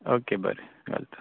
okay बरें घालता